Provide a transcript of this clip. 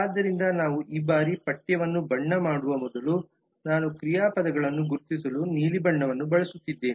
ಆದ್ದರಿಂದ ನಾವು ಈ ಬಾರಿ ಪಠ್ಯವನ್ನು ಬಣ್ಣ ಮಾಡುವ ಮೊದಲು ನಾನು ಕ್ರಿಯಾಪದಗಳನ್ನು ಗುರುತಿಸಲು ನೀಲಿ ಬಣ್ಣವನ್ನು ಬಳಸುತ್ತಿದ್ದೇನೆ